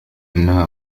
إنها